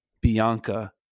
Bianca